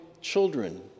children